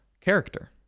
character